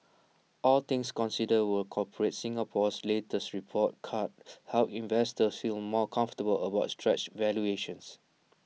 all things considered will corporate Singapore's latest report card help investors feel more comfortable about stretched valuations